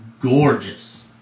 gorgeous